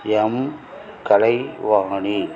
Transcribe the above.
M Kalaivani